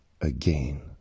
again